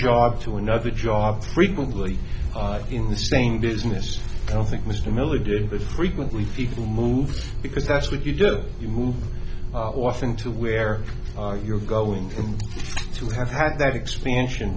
job to another job frequently in the same business i don't think mr miller did that frequently people move because that's what you do you move often to where you're going to have had that expansion